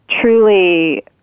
truly